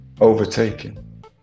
overtaken